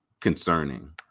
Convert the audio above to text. concerning